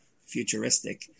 futuristic